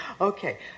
Okay